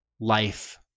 Life